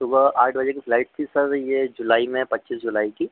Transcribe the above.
सुबह आठ बजे की फ़्लाइट थी सर यह जुलाई में पच्चीस जुलाई की